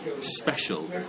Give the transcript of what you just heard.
special